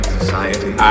society